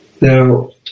Now